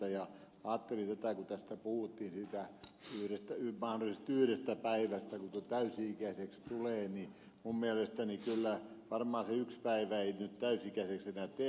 ajattelin että kun tässä puhuttiin siitä mahdollisesta yhdestä päivästä kun täysi ikäiseksi tulee niin minun mielestäni varmaan se yksi päivä ei täysi ikäiseksi enää tee